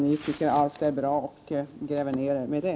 Ni tycker att allt är bra och gräver ner er med det.